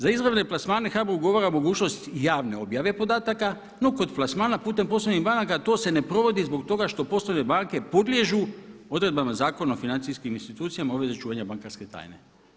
Za izvorne plasmane HBOR ugovara mogućnost javne objave podataka, no kod plasmana putem poslovnih banaka to se ne provodi zbog toga što poslovne banke podliježu odredbama Zakona o financijskim institucijama obveze čuvanja bankarske tajne.